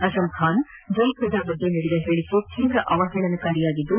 ಅಜಂಖಾನ್ ಅವರು ಜಯಪ್ರದ ಬಗ್ಗೆ ನೀಡಿದ ಹೇಳಿಕೆ ತೀವ್ರ ಅವಹೇಳನಕಾರಿಯಾಗಿದ್ದು